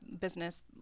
business